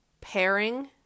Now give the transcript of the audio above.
pairing